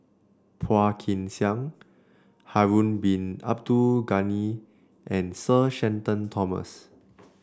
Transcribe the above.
Phua Kin Siang Harun Bin Abdul Ghani and Sir Shenton Thomas